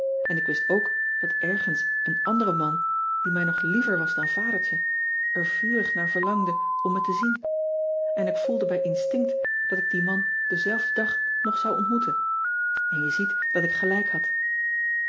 n ik wist ook dat ergens een andere man die mij nog liever was dan adertje er vurig naar verlangde om me te zien en ik voelde bij instinct dat ik dien man denzelfden dag nog zou ontmoeten en je ziet dat ik gelijk had